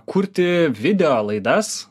kurti video laidas